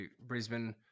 Brisbane